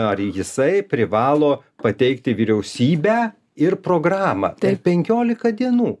ar jisai privalo pateikti vyriausybę ir programą per penkiolika dienų